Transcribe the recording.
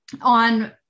on